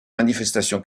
manifestations